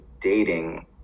dating